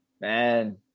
Man